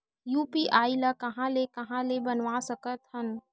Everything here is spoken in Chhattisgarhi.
यू.पी.आई ल कहां ले कहां ले बनवा सकत हन?